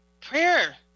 prayer